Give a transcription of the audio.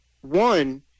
One